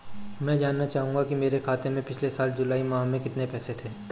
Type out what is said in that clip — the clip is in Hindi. मैं जानना चाहूंगा कि मेरे खाते में पिछले साल जुलाई माह में कितने पैसे थे?